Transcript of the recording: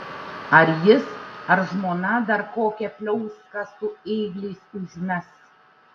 ar jis ar žmona dar kokią pliauską su ėgliais užmes